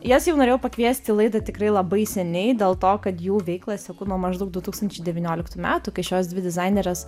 jas jau norėjau pakviest į laidą tikrai labai seniai dėl to kad jų veiklą seku nuo maždaug du tūkstančiai devynioliktų metų kai šios dvi dizainerės